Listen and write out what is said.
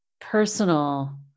personal